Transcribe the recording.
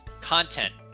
content